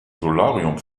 solarium